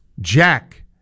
Jack